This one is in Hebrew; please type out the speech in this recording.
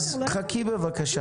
אז חכי בבקשה.